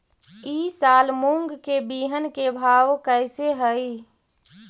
ई साल मूंग के बिहन के भाव कैसे हई?